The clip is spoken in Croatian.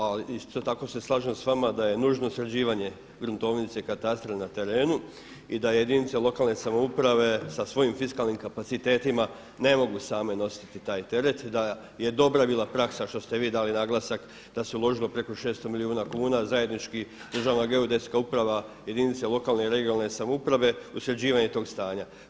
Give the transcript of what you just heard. A isto tako se slažem s vama da je nužno sređivanje gruntovnice i katastar na terenu i da jedinice lokalne samouprave sa svojim fiskalnim kapacitetima ne mogu same nositi taj teret, da je dobra bila praksa što ste vi dali naglasak da se uložilo preko 600 milijuna kuna zajednički Državna geodetska uprava, jedinice lokalne i regionalne samouprave u sređivanje tog stanja.